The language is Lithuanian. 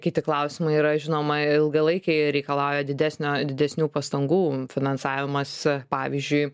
kiti klausimai yra žinoma ilgalaikiai reikalauja didesnio didesnių pastangų finansavimas pavyzdžiui